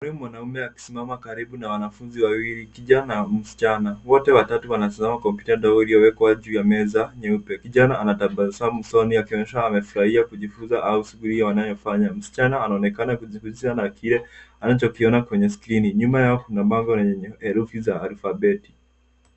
Mwalimu mwanaume akisimama karibu na wanafunzi wawili, kijana na msichana. Wote watatu wanasoma kompyuta ndogo iliyowekwa juu ya meza nyeupe. Kijana anatabasamu usoni akionyesha amefurahia kujifunza au shughuli wanayofanya. Msichana anaonekana kujifundisha na kile anachokiona kwenye skrini. Nyuma yao kuna bango lenye herufi za alfabeti.